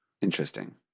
Interesting